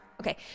Okay